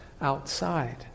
outside